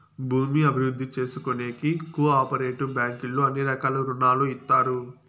భూమి అభివృద్ధి చేసుకోనీకి కో ఆపరేటివ్ బ్యాంకుల్లో అన్ని రకాల రుణాలు ఇత్తారు